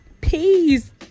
peace